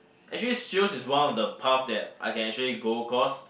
actually sales is one of the path that I can actually go cause